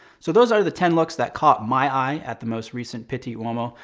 so those are the ten looks that caught my eye at the most recent pitti uomo.